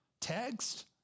text